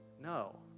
no